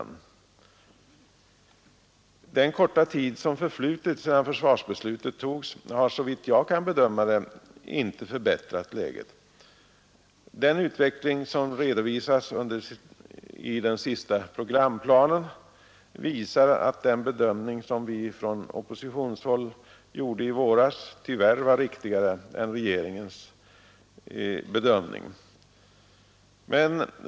Under den korta tid som förflutit sedan försvarsbeslutet togs har enligt min bedömning läget inte förbättrats. Den utveckling som redovisas i den senaste programplanen visar att den bedömning som vi gjorde från oppositionshåll i våras tyvärr var riktigare än regeringens bedömning.